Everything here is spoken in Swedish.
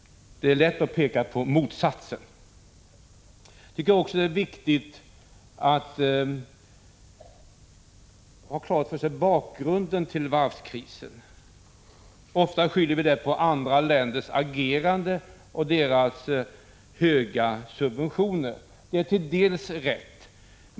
Det är lätt att peka på — Prot. 1985/86:155 motsatsen. 29 maj 1986 Det är också viktigt att ha klart för sig bakgrunden till varvskrisen. Ofta skyller vi den på andra länders agerande och på deras höga subventioner. Det är till dels rätt.